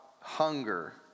hunger